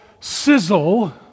sizzle